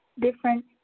different